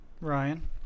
Ryan